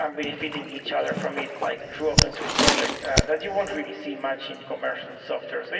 um benefiting each other from it like through open source project that you won't really see much in commercial software. so